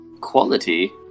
Quality